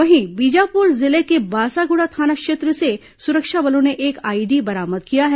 वहीं बीजापुर जिले के बासागुड़ा थाना क्षेत्र से सुरक्षा बलों ने एक आईईडी बरामद किया है